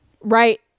Right